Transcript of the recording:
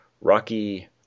Rocky